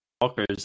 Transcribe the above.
Walker's